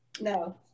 No